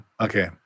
Okay